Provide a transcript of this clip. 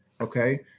okay